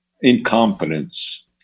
incompetence